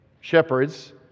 shepherds